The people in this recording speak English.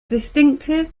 distinctive